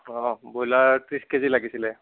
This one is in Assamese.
অঁ ব্ৰইলাৰ ত্ৰিছ কেজি লাগিছিলে